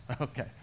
Okay